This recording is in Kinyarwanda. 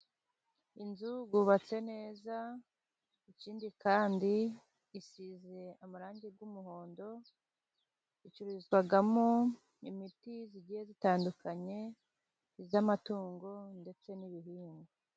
Inzu yubatse neza, ikindi kandi isize amarangi y'umuhondo, icururizwamo imiti igiye zitandukanye, iy'amatungo, ndetse n'ibihingwa.